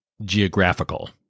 geographical